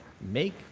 make